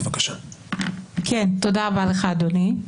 תודה רבה לך אדוני.